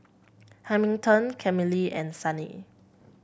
Hamilton Camille and Sunny